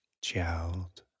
child